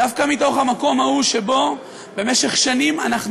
דווקא מתוך המקום ההוא שבו במשך שנים אנחנו